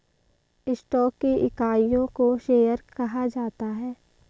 stock की इकाइयों को शेयर कहा जाता है